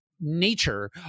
nature